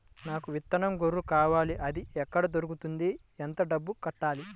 నాకు విత్తనం గొర్రు కావాలి? అది ఎక్కడ దొరుకుతుంది? ఎంత డబ్బులు కట్టాలి?